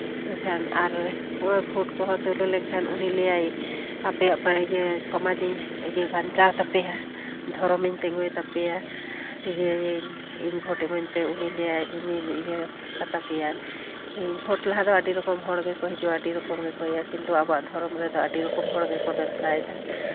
ᱢᱮᱱᱠᱷᱟᱱ ᱟᱨ ᱱᱚᱜᱼᱚᱭ ᱵᱷᱳᱴ ᱠᱚᱦᱚᱸ ᱥᱩᱨᱩ ᱞᱮᱱᱠᱷᱟᱱ ᱩᱱᱤ ᱞᱟᱹᱭᱟᱭ ᱟᱯᱮᱭᱟᱜ ᱥᱚᱢᱟᱡᱽ ᱤᱧ ᱵᱟᱧᱪᱟᱣ ᱛᱟᱯᱮᱭᱟ ᱫᱷᱚᱨᱚᱢ ᱤᱧ ᱛᱤᱸᱜᱩᱭ ᱛᱟᱯᱮᱭᱟ ᱤᱭᱟᱹ ᱭᱟᱹᱧ ᱤᱧ ᱵᱷᱳᱴ ᱮᱢᱟᱹᱧ ᱯᱮ ᱩᱱᱤ ᱞᱟᱹᱭᱟᱭ ᱤᱧᱤᱧ ᱤᱭᱟᱹ ᱠᱟᱛᱟ ᱯᱮᱭᱟ ᱵᱷᱳᱴ ᱞᱟᱦᱟ ᱫᱚ ᱟᱹᱰᱤ ᱨᱚᱠᱚᱢ ᱦᱚᱲ ᱜᱮᱠᱚ ᱦᱤᱡᱩᱜᱼᱟ ᱟᱹᱰᱤ ᱨᱚᱠᱚᱢ ᱜᱮᱠᱚ ᱤᱭᱟᱹᱜᱼᱟ ᱠᱤᱱᱛᱩ ᱟᱵᱚᱣᱟᱜ ᱫᱷᱚᱨᱚᱢ ᱨᱮᱫᱚ ᱟᱹᱰᱤ ᱨᱚᱠᱚᱢ ᱦᱚᱲ ᱜᱮᱠᱚ ᱵᱮᱵᱥᱟᱭᱮᱫᱟ